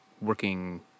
working